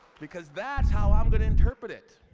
because that's how i'm gonna interpret it.